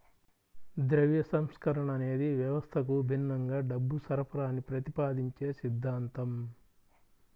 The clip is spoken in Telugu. ద్రవ్య సంస్కరణ అనేది వ్యవస్థకు భిన్నంగా డబ్బు సరఫరాని ప్రతిపాదించే సిద్ధాంతం